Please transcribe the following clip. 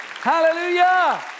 Hallelujah